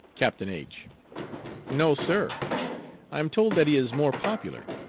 captain h no, sir i am told that he is more popular.